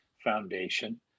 foundation